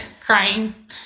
crying